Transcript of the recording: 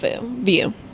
view